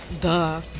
Duh